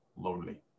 lonely